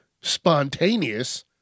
spontaneous